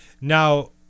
Now